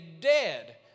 dead